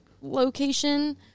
location